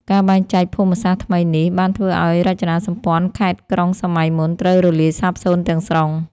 ការបែងចែកភូមិសាស្ត្រថ្មីនេះ បានធ្វើឱ្យរចនាសម្ព័ន្ធខេត្ត-ក្រុងសម័យមុនត្រូវរលាយសាបសូន្យទាំងស្រុង។